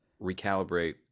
recalibrate